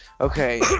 Okay